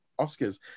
Oscars